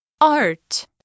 art